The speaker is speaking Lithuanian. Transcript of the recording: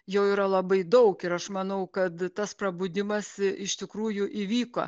jau yra labai daug ir aš manau kad tas prabudimas iš tikrųjų įvyko